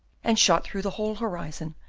and shot through the whole horizon,